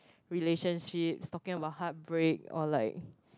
relationships talking about heartbreak or like